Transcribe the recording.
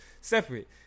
separate